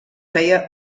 feia